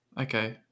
Okay